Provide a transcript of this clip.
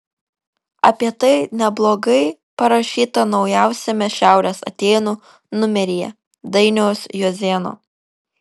apie tai neblogai parašyta naujausiame šiaurės atėnų numeryje dainiaus juozėno